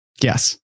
Yes